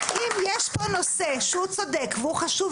אם יש פה נושא שהוא צודק והוא חשוב,